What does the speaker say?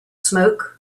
smoke